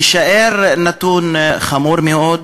יישאר נתון חמור מאוד,